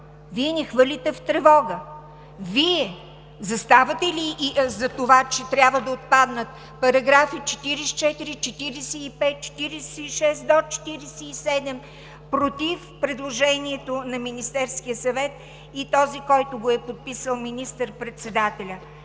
Вие ни хвърляте в тревога! Вие заставате ли зад това, че трябва да отпаднат параграфи 44, 45, 46 – до 47, против предложението на Министерския съвет и този, който го е подписал – министър-председателя?!